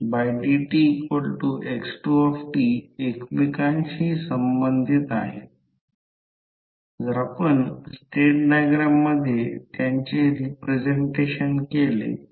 दोन्ही coils excite केलेल्या असतात तेव्हा पहा ही करंटची दिशा आहे हा करंट आहे हॅण्ड ग्राफ आहे कंडक्टर करंट i2 च्या दिशेने आलेख याप्रमाणे आहे